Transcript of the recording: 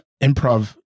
improv